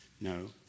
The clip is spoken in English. No